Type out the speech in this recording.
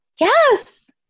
yes